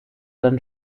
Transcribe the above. dann